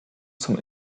zum